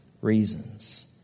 reasons